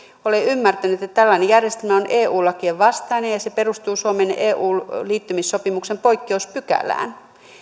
olen ymmärtänyt että tällainen järjestelmä on eu lakien vastainen ja ja se perustuu suomen eu liittymissopimuksen poikkeuspykälään